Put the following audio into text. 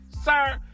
sir